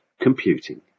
Computing